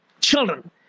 children